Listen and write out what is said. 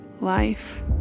life